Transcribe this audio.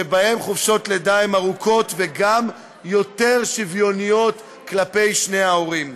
שבהן חופשות לידה הן ארוכות וגם יותר שוויוניות כלפי שני ההורים.